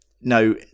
No